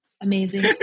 amazing